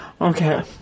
Okay